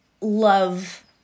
love